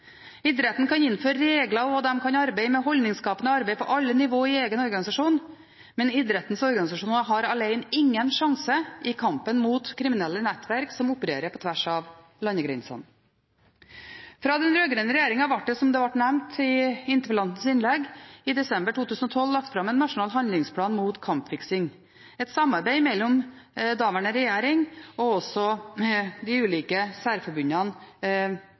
Idretten kan innføre regler, og en kan arbeide med holdningsskapende arbeid på alle nivåer i egen organisasjon, men idrettens organisasjoner alene har ingen sjanse i kampen mot kriminelle nettverk som opererer på tvers av landegrensene. Fra den rød-grønne regjeringen ble det, som det ble nevnt i interpellantens innlegg, i desember 2012 lagt fram en nasjonal handlingsplan mot kampfiksing – et samarbeid mellom daværende regjering, flere ulike særforbund, Idrettsforbundet og også